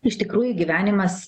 iš tikrųjų gyvenimas